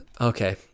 Okay